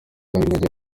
binajyana